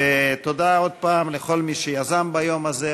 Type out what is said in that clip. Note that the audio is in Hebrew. ותודה עוד פעם לכל מי שיזם ביום הזה,